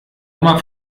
oma